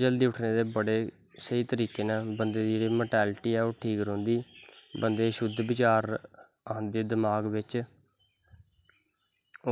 जल्दी उट्ठनें दे बड़े स्हेई तरीके ना बंदे दी जेह्ड़ा मैंटैलटी ऐ ओह् ठीक रौंह्दी बंदे गी शुध्द बिचार आंदे दमाक बिच्च